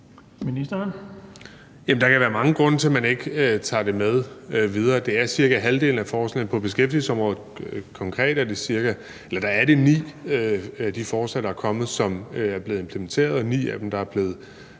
Bek): Jamen der kan være mange grunde til, at man ikke tager det med videre. Det er cirka halvdelen af forslagene på beskæftigelsesområdet – konkret er det ni af de forslag, der er kommet, som er blevet implementeret, og ni af dem, der er blevet